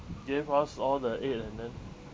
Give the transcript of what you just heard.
gave us all the aid and then